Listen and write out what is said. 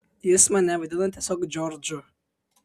jis mane vadina tiesiog džordžu